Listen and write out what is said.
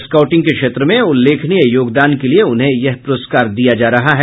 scouting के क्षेत्र में उल्लेखनीय योगदान के लिए उन्हें यह पुरस्कार दिया जा रहा है